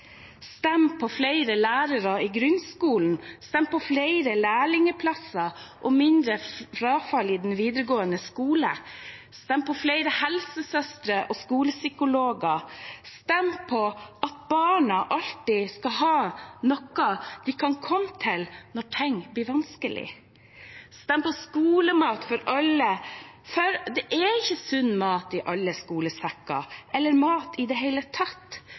på flere lærere i grunnskolen. Stem på flere lærlingplasser og mindre frafall i den videregående skolen. Stem på flere helsesøstre og skolepsykologer. Stem på at barna alltid skal ha noen de kan komme til når ting blir vanskelig. Stem på skolemat til alle, for det er ikke sunn mat i alle skolesekker, eller mat i det hele tatt.